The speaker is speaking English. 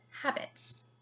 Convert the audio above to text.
habits